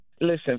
Listen